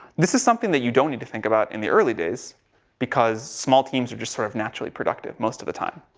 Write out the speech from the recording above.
this is something you don't need to think about in the early days because small teams are just sort of naturally productive most of the time.